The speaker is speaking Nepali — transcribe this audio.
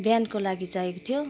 बिहानको लागि चाहिएको थियो